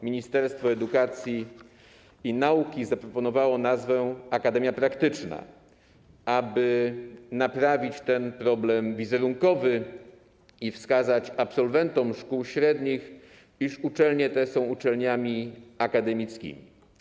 Ministerstwo Edukacji i Nauki zaproponowało nazwę „akademia praktyczna”, aby naprawić ten problem wizerunkowy i wskazać absolwentom szkół średnich, iż uczelnie te są uczelniami akademickimi.